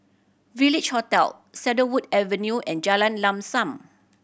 Village Hotel Cedarwood Avenue and Jalan Lam Sam